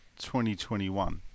2021